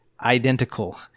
identical